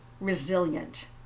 resilient